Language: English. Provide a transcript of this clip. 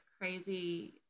crazy